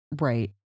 Right